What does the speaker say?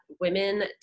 women